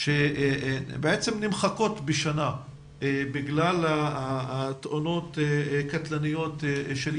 שבעצם נמחקות בשנה בגלל תאונות קטלניות של ילדים,